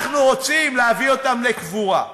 אנחנו רוצים להביא אותם לקבורה.